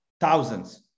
Thousands